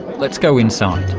let's go inside.